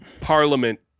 parliament